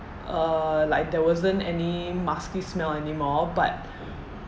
uh like there wasn't any musky smell anymore but